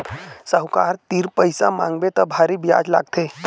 साहूकार तीर पइसा मांगबे त भारी बियाज लागथे